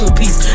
piece